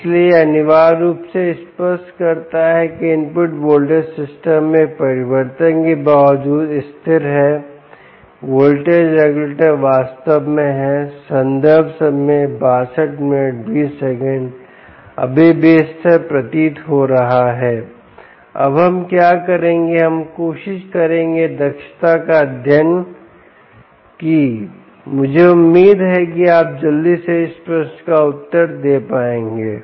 इसलिए यह अनिवार्य रूप से स्पष्ट करता है कि इनपुट वोल्टेज सिस्टम में परिवर्तन के बावजूद स्थिर है वोल्टेज रेगुलेटर वास्तव में है संदर्भ समय 6220 अभी भी स्थिर प्रतीत हो रहा है अब हम क्या करेंगे हम कोशिश करेंगे दक्षता का अध्ययन कि मुझे उम्मीद है कि आप जल्दी से इस प्रश्न का उत्तर दे पाएंगे